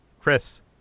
chris